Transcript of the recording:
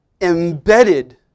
embedded